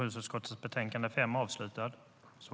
)